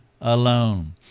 alone